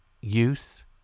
use